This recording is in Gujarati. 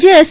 રાજ્ય એસ